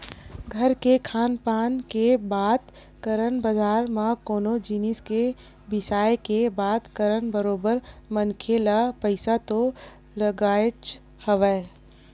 घर के खान पान के बात करन बजार म कोनो जिनिस के बिसाय के बात करन बरोबर मनखे ल पइसा तो लगानाच हवय